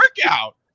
workout